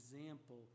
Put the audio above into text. example